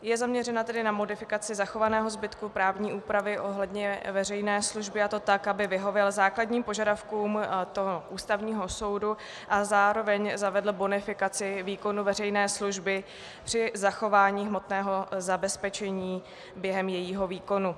Je zaměřena na modifikaci zachovaného zbytku právní úpravy ohledně veřejné služby, a to tak, aby vyhověl základním požadavkům Ústavního soudu a zároveň zavedl bonifikaci výkonu veřejné služby při zachování hmotného zabezpečení během jejího výkonu.